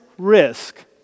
Risk